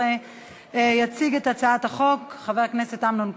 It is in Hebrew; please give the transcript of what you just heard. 2014. יציג את הצעת החוק חבר הכנסת אמנון כהן.